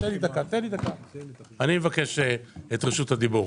אני מבקש את רשות הדיבור.